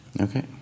okay